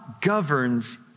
governs